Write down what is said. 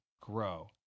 grow